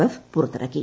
F പുറത്തിറക്കി